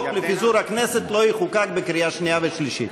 לפיזור הכנסת יחוקק בקריאה שנייה ושלישית.